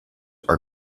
are